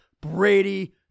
Brady